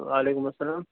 وعلیکُم اسلام